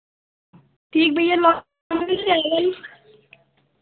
ठीक भैया लोन मिल जाएगा न